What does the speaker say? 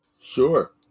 Sure